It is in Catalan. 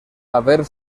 haver